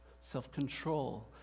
self-control